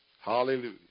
Hallelujah